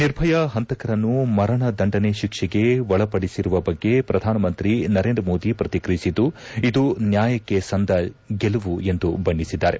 ನಿರ್ಭಯಾ ಪಂತಕರನ್ನು ಮರಣದಂಡನೆ ಶಿಕ್ಷೆಗೆ ಒಳಪಡಿಸಿರುವ ಬಗ್ಗೆ ಪ್ರಧಾನ ಮಂತ್ರಿ ನರೇಂದ್ರ ಮೋದಿ ಪ್ರಕ್ರಿಯಿಸಿದ್ದು ಇದು ನ್ಯಾಯಕ್ಷಿ ಸಂದ ಗೆಲುವು ಎಂದು ಬಣ್ಣಿಸಿದ್ದಾರೆ